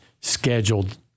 scheduled